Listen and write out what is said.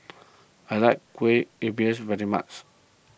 I like Kueh Lupis very much